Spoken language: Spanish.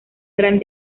gran